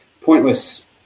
pointless